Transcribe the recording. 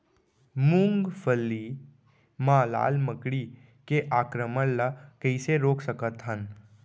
मूंगफली मा लाल मकड़ी के आक्रमण ला कइसे रोक सकत हन?